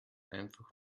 einfach